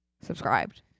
Subscribed